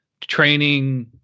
training